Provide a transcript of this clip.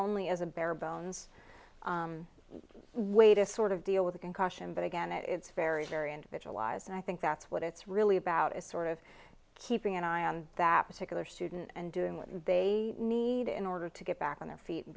only as a barebones way to sort of deal with a concussion but again it's very very individualized and i think that's what it's really about is sort of keeping an eye on that particular student and doing what they need in order to get back on their feet